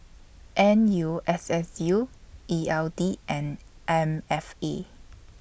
N U S S U E L D and M F E